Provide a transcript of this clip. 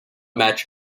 match